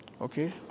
Okay